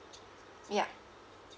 ya